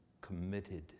committed